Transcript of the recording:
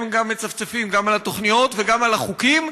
הם מצפצפים גם על התוכניות וגם על החוקים,